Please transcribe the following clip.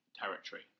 territory